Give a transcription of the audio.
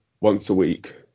once-a-week